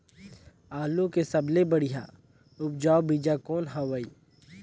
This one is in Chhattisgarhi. आलू के सबले बढ़िया उपजाऊ बीजा कौन हवय?